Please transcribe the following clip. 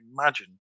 imagine